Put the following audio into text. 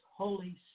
Holy